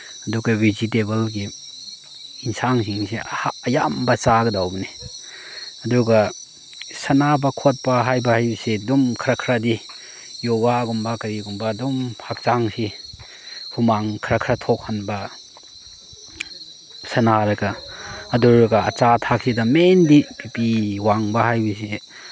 ꯑꯗꯨꯒ ꯚꯤꯖꯤꯇꯦꯕꯜꯒꯤ ꯑꯦꯟꯁꯥꯡꯁꯤꯡꯁꯦ ꯑꯌꯥꯝꯕ ꯆꯥꯒꯗꯧꯕꯅꯤ ꯑꯗꯨꯒ ꯁꯥꯟꯅꯕ ꯈꯣꯠꯄ ꯍꯥꯏꯕ ꯍꯥꯏꯕꯁꯤ ꯑꯗꯨꯝ ꯈꯔ ꯈꯔꯗꯤ ꯌꯣꯒꯥꯒꯨꯝꯕ ꯀꯩꯒꯨꯝꯕ ꯑꯗꯨꯝ ꯍꯛꯆꯥꯡꯁꯤ ꯍꯨꯃꯥꯡ ꯈꯔ ꯈꯔ ꯊꯣꯛꯍꯟꯕ ꯁꯥꯟꯅꯔꯒ ꯑꯗꯨ ꯑꯣꯏꯔꯒ ꯑꯆꯥ ꯑꯊꯛꯁꯤꯗ ꯃꯦꯟꯗꯤ ꯕꯤ ꯄꯤ ꯋꯥꯡꯕ ꯍꯥꯏꯕꯁꯦ